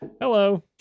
Hello